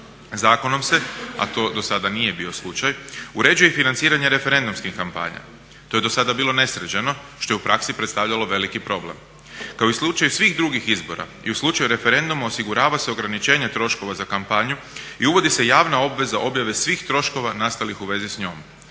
Zakonom se, a to do sada nije bio slučaj, uređuje i financiranje referendumskih kampanja. To je do sada bilo nesređeno što je u praksi predstavljalo veliki problem. Kao i u slučaju svih drugih izbora i u slučaju referenduma osigurava se ograničenje troškova za kampanju i uvodi se javna obveza objave svih troškova nastalih u vezi s njom.